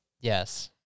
Yes